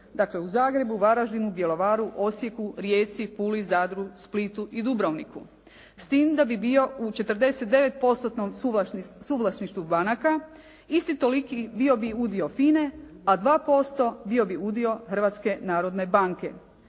Dakle u Zagrebu, Varaždinu, Bjelovaru, Osijeku, Rijeci, Puli, Zadru, Splitu i Dubrovniku s tim da bi bio u 49%-tnom suvlasništvu banaka. Isti toliki bio bi udio FINA-e a 2% bio bi udio Hrvatske narodne banke.